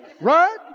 Right